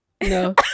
No